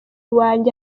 wanjye